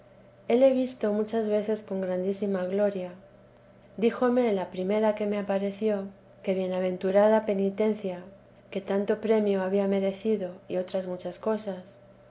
hele visto muchas veces con grandísima gloria díjome la primera que me apareció que bienaventurada penitencia que tanto premio había merecido y otras muchas cosas